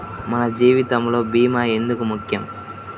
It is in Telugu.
మన జీవితములో భీమా ఎందుకు ముఖ్యం?